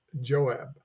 Joab